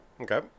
Okay